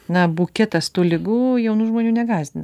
na buketas tų ligų jaunų žmonių negąsdina